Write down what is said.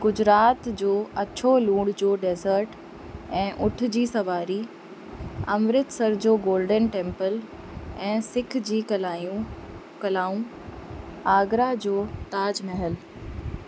गुजरात जो अछो लूण जो डेज़र्ट ऐं उठ जी सवारी अमृतसर जो गोल्डन टेम्पल ऐं सिख जी कलायूं कलाऊं आगरा जो ताज महल